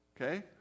Okay